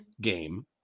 game